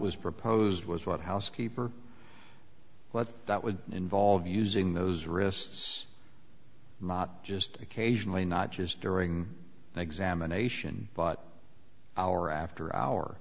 was proposed was what housekeeper what that would involve using those wrists not just occasionally not just during an examination but hour after hour